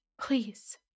Please